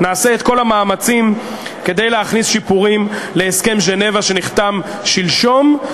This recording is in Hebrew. ונעשה את כל המאמצים כדי להכניס שיפורים להסכם ז'נבה שנחתם שלשום,